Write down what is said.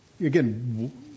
again